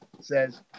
says